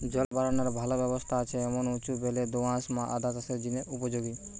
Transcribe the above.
জল বারানার ভালা ব্যবস্থা আছে এমন উঁচু বেলে দো আঁশ আদা চাষের জিনে উপযোগী